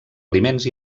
aliments